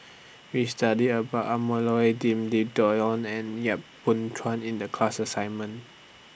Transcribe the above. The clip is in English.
We studied about Loi Lim and Yap Boon Chuan in The class assignment